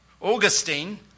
Augustine